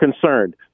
concerned